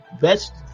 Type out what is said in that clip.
best